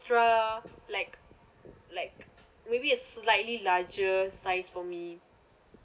~tra like like maybe a slightly larger size for me